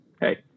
hey